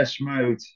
Mode